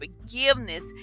forgiveness